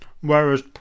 Whereas